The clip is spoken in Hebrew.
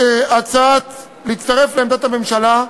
להצטרף לעמדת הממשלה,